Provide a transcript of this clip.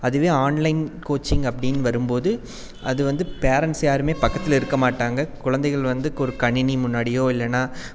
அதுவே online coaching அப்படின்னு வரும் போது அது வந்து பேரண்ட்ஸ் யாருமே பக்கத்தில் இருக்க மாட்டாங்க குழந்தைகள் வந்து ஒரு கணினி முன்னாடியோ இல்லைனா